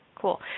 Cool